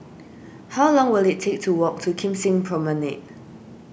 how long will it take to walk to Kim Seng Promenade